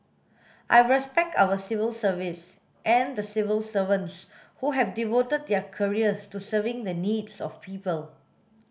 I respect our civil service and the civil servants who have devoted their careers to serving the needs of people